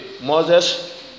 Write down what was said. Moses